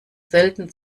selten